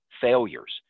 failures